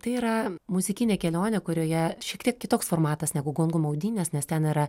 tai yra muzikinė kelionė kurioje šiek tiek kitoks formatas negu gongų maudynės nes ten yra